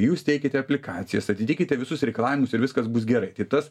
jūs teikite aplikacijas atitikite visus reikalavimus ir viskas bus gerai tai tas